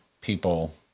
people